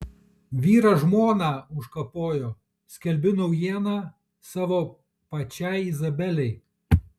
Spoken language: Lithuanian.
vyras žmoną užkapojo skelbiu naujieną savo pačiai izabelei